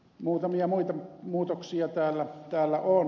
muutamia muita muutoksia täällä on